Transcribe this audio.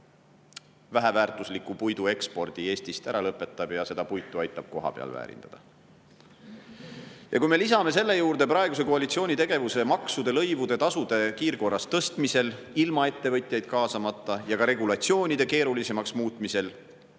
väheväärtusliku puidu ekspordi Eestist ära lõpetab ja aitab puitu kohapeal väärindada. Ja kui me lisame siia juurde praeguse koalitsiooni tegevuse maksude, lõivude, tasude kiirkorras tõstmisel, ilma ettevõtjaid kaasamata, ja regulatsioonide keerulisemaks muutmisel,